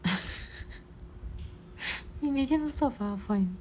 你每天都做 PowerPoint